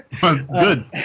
Good